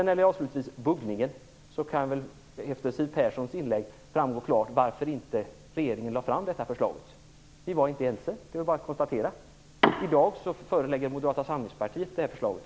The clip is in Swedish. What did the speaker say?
När det avslutningsvis gäller buggningen står det väl efter Siw Perssons inlägg klart varför inte regeringen lade fram det här förslaget: Vi var inte ense. Det är bara att konstatera. I dag lägger Moderata samlingspartiet fram det här förslaget.